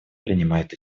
принимает